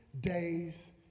days